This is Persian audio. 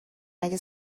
مگه